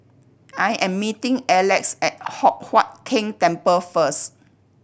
I am meeting Alex at Hock Huat Keng Temple first